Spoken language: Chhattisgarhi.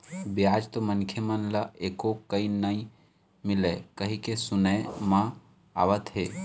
बियाज तो मनखे मन ल एको कन नइ मिलय कहिके सुनई म आवत हे